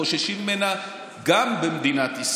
חוששים ממנה גם במדינת ישראל,